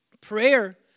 Prayer